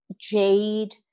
jade